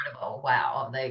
Wow